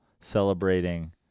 celebrating